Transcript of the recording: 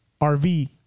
RV